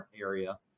area